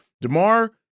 DeMar